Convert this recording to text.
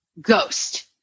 ghost